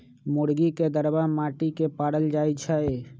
मुर्गी के दरबा माटि के पारल जाइ छइ